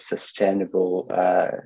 sustainable